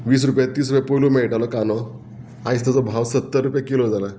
वीस रुपया तीस रुपया पयलू मेळटालो कांदो आयज ताचो भाव सत्तर रुपया किलो जाला